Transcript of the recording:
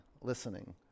listening